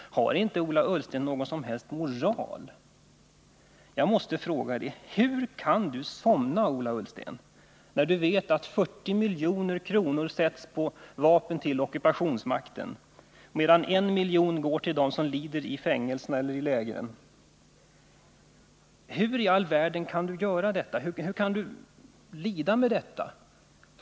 Har inte Ola Ullsten någon som helst moral? Jag måste fråga: Hur kan Ola Ullsten somna när han vet att 40 milj.kr. avsätts för vapen till ockupationsmakten medan 1 miljon går till dem som lider i fängelserna eller i lägren? Hur i all världen kan Ola Ullsten göra detta? Hur kan Ola Ullsten stå ut med detta?